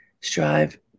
strive